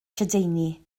lledaenu